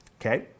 okay